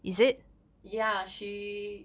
ya she